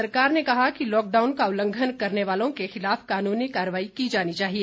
सरकार ने कहा कि लॉकडाउन का उल्लंघन करने वालों के खिलाफ कानूनी कार्रवाई की जानी चाहिए